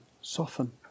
soften